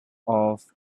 off